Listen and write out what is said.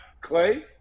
Clay